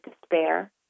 despair